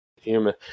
human